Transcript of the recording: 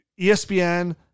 ESPN –